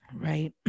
Right